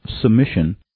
submission